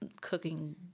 cooking